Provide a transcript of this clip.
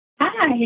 Hi